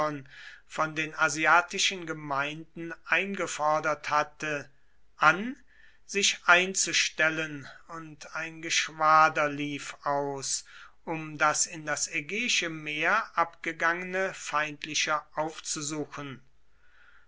von den asiatischen gemeinden eingefordert hatte an sich einzustellen und ein geschwader lief aus um das in das ägäische meer abgegangene feindliche aufzusuchen